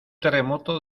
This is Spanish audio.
terremoto